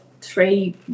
three